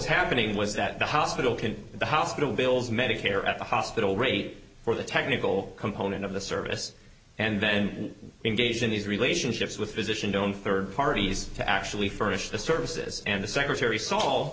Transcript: happening was that the hospital can the hospital bills medicare at the hospital rate for the technical component of the service and then engage in these relationships with physician don't for third parties to actually furnish the services and the secretary sa